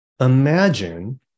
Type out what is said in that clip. imagine